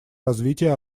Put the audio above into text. развитие